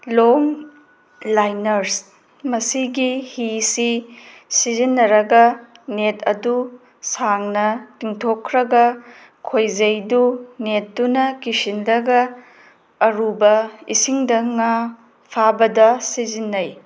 ꯂꯣꯡ ꯂꯥꯏꯅ꯭ꯔꯁ ꯃꯁꯤꯒꯤ ꯍꯤꯁꯤ ꯁꯤꯖꯤꯟꯅꯔꯒ ꯅꯦꯠ ꯑꯗꯨ ꯁꯥꯡꯅ ꯇꯤꯡꯊꯣꯛꯈ꯭ꯔꯒ ꯈꯣꯏꯖꯩꯗꯨ ꯅꯦꯠꯇꯨꯅ ꯀꯤꯁꯤꯜꯂꯒ ꯑꯔꯨꯕ ꯏꯁꯤꯡꯗ ꯉꯥ ꯐꯥꯕꯗ ꯁꯤꯖꯤꯟꯅꯩ